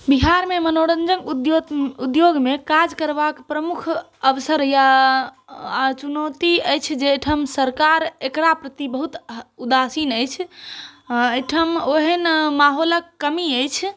बिहारमे मनोरञ्जन उद्योगमे काज करबाक प्रमुख अवसर वा चुनौती अछि जे एहिठाम सरकार एकरा प्रति बहुत उदासीन अछि एहिठाम ओहन माहौलक कमी अछि